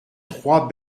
trois